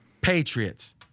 Patriots